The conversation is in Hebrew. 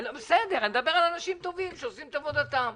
אני מדבר על אנשים טובים שעושים את עבודתם.